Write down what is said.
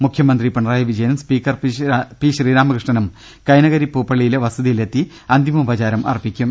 മുഖ്യമന്ത്രി പിണറായി വിജയനും speaker P ശ്രീരാമകൃഷ്ണനും കൈനകരി പൂപ്പള്ളിയിലെ വസതിയിലെത്തി അന്തിമോ പചാരം അർപ്പിക്കും